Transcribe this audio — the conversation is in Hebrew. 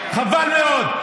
חבל מאוד.